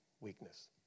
weakness